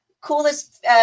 coolest